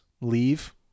leave